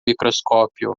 microscópio